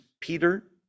Peter